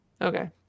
Okay